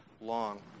long